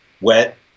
wet